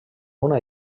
una